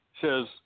says